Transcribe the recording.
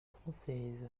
française